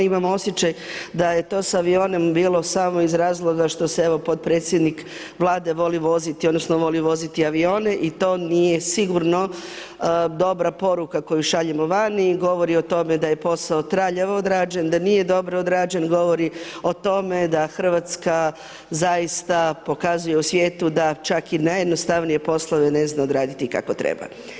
Imam osjećaj da je to s avionom bilo samo iz razloga što se evo potpredsjednik Vlade voli voziti, odnosno voli voziti avione i to nije sigurno dobra poruka koju šaljemo van i govori o tome da je posao traljavo odrađen, govori o tome da Hrvatska zaista pokazuje u svijetu da čak i najjednostavnije poslovne ne zna odraditi kako treba.